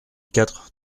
quatre